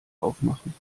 aufmachen